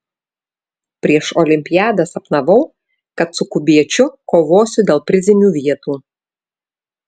prieš olimpiadą sapnavau kad su kubiečiu kovosiu dėl prizinių vietų